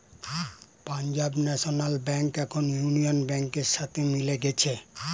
Punjab National Bank এখন Union ব্যাংকের সাথে মিলে গেছে